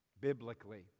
biblically